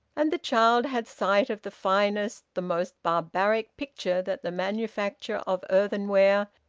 and the child had sight of the finest, the most barbaric picture that the manufacture of earthenware,